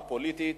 הפוליטית,